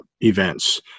events